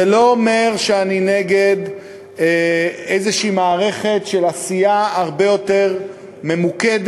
זה לא אומר שאני נגד איזו מערכת של עשייה הרבה יותר ממוקדת,